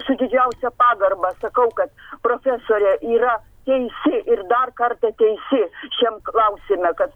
su didžiausia pagarba sakau kad profesorė yra teisi ir dar kartą teisi šiam klausime kad